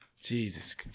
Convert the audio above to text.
Jesus